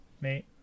mate